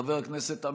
חבר הכנסת חמד עמאר,